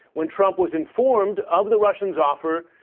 when trump was informed of the russians' offer.